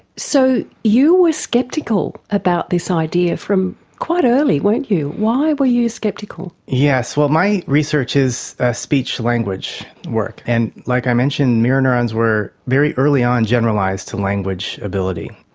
so you were sceptical about this idea from quite early, weren't you? why were you sceptical? yes, my research is speech language work. and like i mentioned, mirror neurons were very early on generalised to language ability.